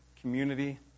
community